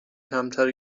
کمتر